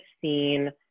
seen